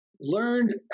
learned